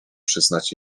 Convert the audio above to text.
przyznać